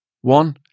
One